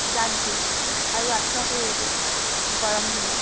জাগ দিওঁ আৰু আঁঠুৱা তৰি দিওঁ গৰম দিনত